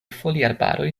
foliarbaroj